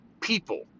people